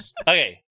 Okay